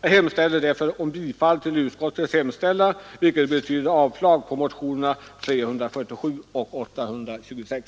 Jag hemställer om bifall till utskottets hemställan, vilket betyder avslag på motionerna 347 och 826.